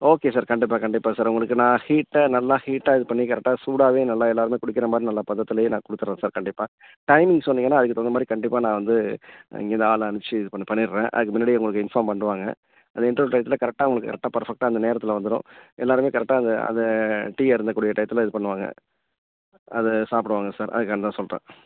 okay sir கண்டிப்பாக கண்டிப்பாக sir உங்களுக்கு நான் ஹீட்டாக நல்லா ஹீட்டாக இதுப் பண்ணி கரெட்டாக சூடாகவே நல்லா எல்லாருமே குடிக்கிற மாதிரி நல்லா பதத்துலையே நான் கொடுத்துட்றேன் சார் கண்டிப்பாக டைமிங் சொன்னீங்கன்னா அதுக்கு தகுந்த மாதிரி கண்டிப்பாக நான் வந்து இங்கேர்ந்து ஆள் அனுப்பிச்சி இது பண்ணிடுறேன் அதுக்குப் முன்னடி உங்களுக்கு இன்ஃபார்ம் பண்ணிட்ருவாங்க அது இன்ட்ரவல் டைத்தில் கரெக்டாக உங்களுக்கு கரெக்டாக பர்ஃபெக்ட்டாக அந்த நேரத்தில் வந்துரும் எல்லாருமே கரெக்டாக அது அதை டீ அருந்த கூடிய டைத்தில் இதுப் பண்ணுவாங்க அதை சாப்பிடுவாங்க சார் அதுக்காண்டி தான் சொல்லுறேன்